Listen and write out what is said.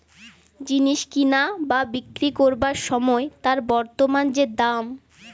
জিনিস কিনা বা বিক্রি কোরবার সময় তার বর্তমান যে দাম